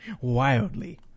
wildly